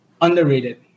Underrated